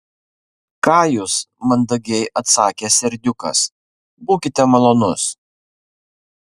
ką jūs mandagiai atsakė serdiukas būkite malonus